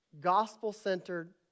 gospel-centered